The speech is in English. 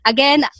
Again